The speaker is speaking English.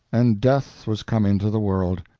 and death was come into the world.